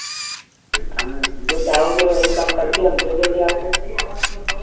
हाँ जो चाहोगे वही कम करके हम दे देंगे आपको